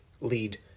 lead